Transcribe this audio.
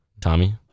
Tommy